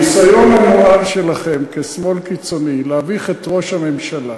הניסיון הנואל שלכם כשמאל קיצוני להביך את ראש הממשלה